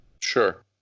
Sure